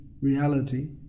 reality